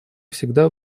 всегда